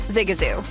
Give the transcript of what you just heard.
Zigazoo